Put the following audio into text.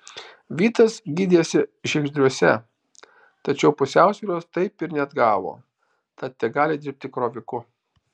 vytas gydėsi žiegždriuose tačiau pusiausvyros taip ir neatgavo tad tegali dirbti kroviku